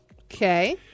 Okay